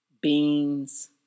beans